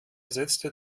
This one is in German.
setzte